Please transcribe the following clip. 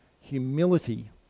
humility